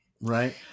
Right